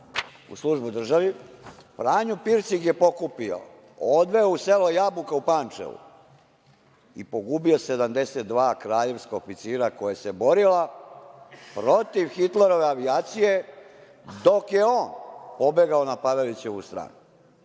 u službu državi, Franjo Pirc ih je pokupio, odveo u selo Jabuka u Pančevu i pogubio 72 kraljevska oficira koja su se borila protiv Hitlerove avijacije, dok je on pobegao na Pavelićevu stranu.